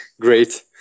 great